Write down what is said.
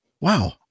Wow